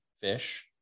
fish